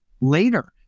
later